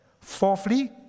Fourthly